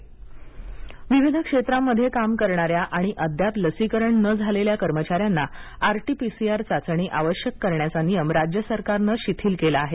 महाराष्ट् चाचणी विविध क्षेत्रांमध्ये काम करणाऱ्या आणि अद्याप लसीकरण न झालेल्या कर्मचाऱ्यांना आरटी पीसीआर चाचणी आवश्यक करण्याचा नियम राज्य सरकारनं शिथिल केला आहे